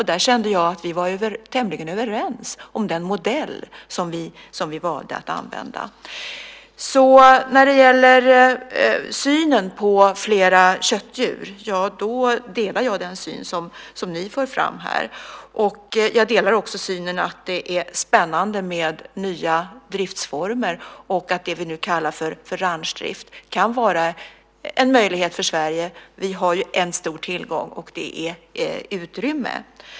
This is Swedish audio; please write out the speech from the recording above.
Där kände jag att vi var tämligen överens om den modell som vi valde att använda. Jag delar den syn ni här för fram om fler köttdjur. Jag delar också synen att det är spännande med nya driftsformer och att det vi nu kallar för ranchdrift kan vara en möjlighet för Sverige. Vi har en stor tillgång, och det är utrymme.